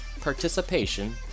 participation